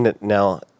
Now